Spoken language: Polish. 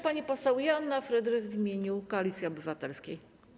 Pani poseł Joanna Frydrych w imieniu Koalicji Obywatelskiej.